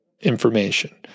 information